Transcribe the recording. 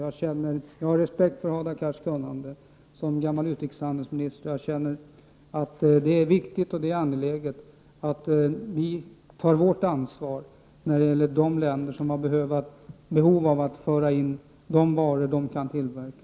Jag har respekt för Hadar Cars kunnande som gammal utrikeshandelsminister, och jag känner att det är viktigt och angeläget att vi tar vårt ansvar när det gäller de länder som har behov av att i detta land föra in de varor de kan tillverka.